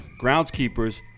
groundskeepers